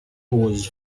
was